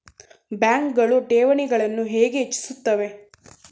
ಬ್ಯಾಂಕುಗಳು ಠೇವಣಿಗಳನ್ನು ಹೇಗೆ ಹೆಚ್ಚಿಸುತ್ತವೆ?